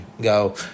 go